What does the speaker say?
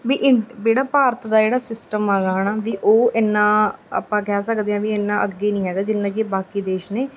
ਵੀ ਇਨ ਜਿਹੜਾ ਭਾਰਤ ਦਾ ਜਿਹੜਾ ਸਿਸਟਮ ਹੈਗਾ ਹੈ ਨਾ ਵੀ ਉਹ ਇੰਨਾਂ ਆਪਾਂ ਕਹਿ ਸਕਦੇ ਹਾਂ ਵੀ ਇੰਨਾਂ ਅੱਗੇ ਨਹੀਂ ਹੈਗਾ ਜਿੰਨਾਂ ਕਿ ਬਾਕੀ ਦੇਸ਼ ਨੇ